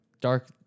dark